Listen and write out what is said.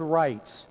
rights